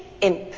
imp